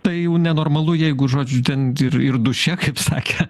tai jau nenormalu jeigu žodžiu ten ir ir duše kaip sakė